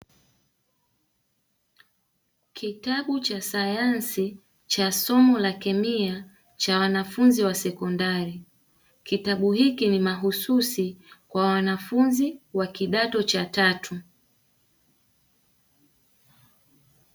Kitabu cha sayansi cha somo la kemia, cha wanafunzi wa sekondari. Kitabu hiki ni mahususi kwa wanafunzi wa kidato cha tatu.